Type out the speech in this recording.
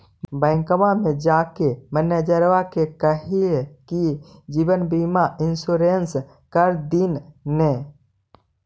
बैंकवा मे जाके मैनेजरवा के कहलिऐ कि जिवनबिमा इंश्योरेंस कर दिन ने?